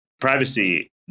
privacy